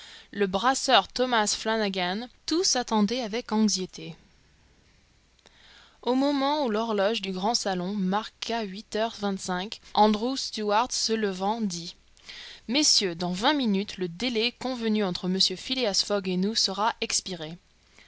le brasseur thomas flanagan tous attendaient avec anxiété au moment où l'horloge du grand salon marqua huit heures vingt-cinq andrew stuart se levant dit messieurs dans vingt minutes le délai convenu entre mr phileas fogg et nous sera expiré